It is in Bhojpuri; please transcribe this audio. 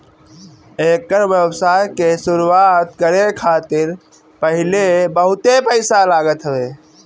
एकर व्यवसाय के शुरुआत करे खातिर पहिले बहुते पईसा लागत हवे